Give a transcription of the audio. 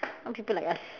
all people like us